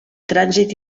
trànsit